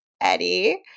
Eddie